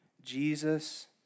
Jesus